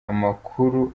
amakuru